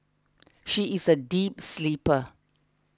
she is a deep sleeper